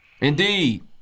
Indeed